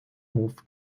hof